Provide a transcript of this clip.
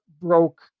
Broke